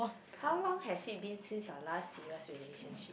how long has it been since your last serious relationship